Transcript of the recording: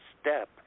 step